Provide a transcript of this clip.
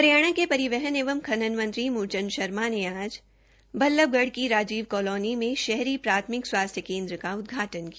हरियाणा के परिवहन एवं खनन मंत्री मूलचंद शर्मा ने आज बल्ल्भगढ़ की राजीव कालोनी मे शहरी प्राथमिक स्थास्थ्य केन्द्र का उदघाटन किया